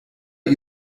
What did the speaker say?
you